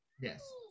yes